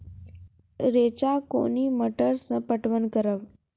रेचा कोनी मोटर सऽ पटवन करव?